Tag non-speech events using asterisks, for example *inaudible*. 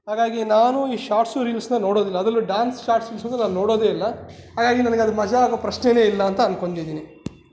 ಹಾಗಾಗಿ ನಾನು ಈ ಶಾರ್ಟ್ಸು ರೀಲ್ಸ್ನಾ ನೋಡೋದಿಲ್ಲ ಅದರಲ್ಲೂ ಡ್ಯಾನ್ಸ್ ಶಾರ್ಟ್ಸ್ *unintelligible* ನಾನು ನೋಡೋದೇ ಇಲ್ಲ ಹಾಗಾಗಿ ನನಗೆ ಅದು ಮಜವಾಗೋ ಪ್ರಶ್ನೆನೇ ಇಲ್ಲ ಅಂತ ಅಂದ್ಕೊತಿದೀನಿ